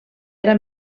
era